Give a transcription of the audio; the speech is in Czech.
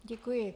Děkuji.